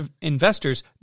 investors